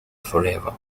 forever